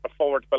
affordable